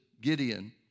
Gideon